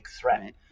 threat